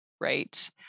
right